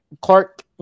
Clark